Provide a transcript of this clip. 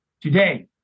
today